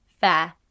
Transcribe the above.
fair